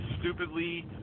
stupidly